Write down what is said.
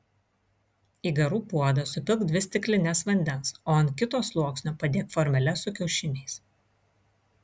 į garų puodą supilk dvi stiklines vandens o ant kito sluoksnio padėk formeles su kiaušiniais